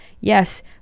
yes